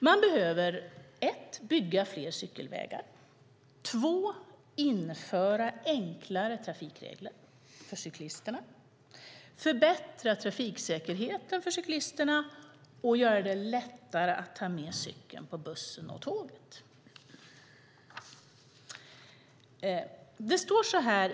Man behöver bygga fler cykelvägar, införa enklare trafikregler för cyklister, förbättra trafiksäkerheten för cyklisterna och göra det lättare att ta med cykeln på bussen och tåget.